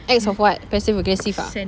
acts of what passive aggressive ah